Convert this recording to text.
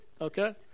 okay